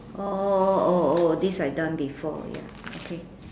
orh oh oh this I done before okay